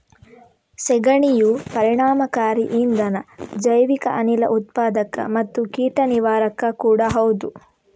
ಸೆಗಣಿಯು ಪರಿಣಾಮಕಾರಿ ಇಂಧನ, ಜೈವಿಕ ಅನಿಲ ಉತ್ಪಾದಕ ಮತ್ತೆ ಕೀಟ ನಿವಾರಕ ಕೂಡಾ ಹೌದು